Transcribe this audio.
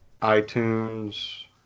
iTunes